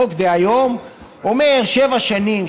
החוק דהיום אומר שבע שנים.